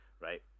right